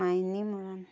Maini Moran